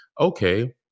okay